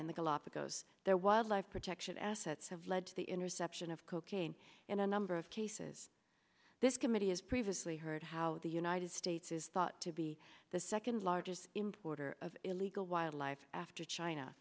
in the galapagos they're wildlife action assets have led to the interception of cocaine in a number of cases this committee has previously heard how the united states is thought to be the second largest importer of illegal wildlife after china